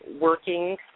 working